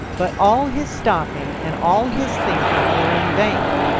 but all his stopping and all his thinking were in vain,